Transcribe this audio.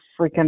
freaking